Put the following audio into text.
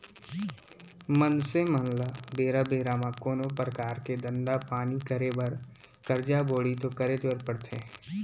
मनसे मन ल बेरा बेरा म कोनो परकार के धंधा पानी करे बर करजा बोड़ी तो करेच बर परथे